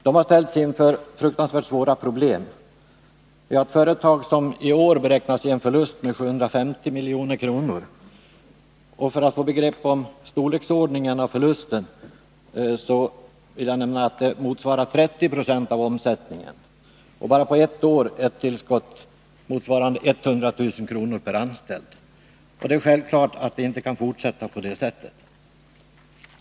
De har ställts inför fruktansvärt svåra problem i ett företag som i år beräknas ge en förlust på 750 milj.kr. För att man skall få ett begrepp om förlustens storleksordning vill jag nämna att den motsvarar 30 26 av omsättningen och på bara ett år ett tillskott på 100 000 kr. per anställd. Det är självklart att det inte kan fortsätta på det sättet.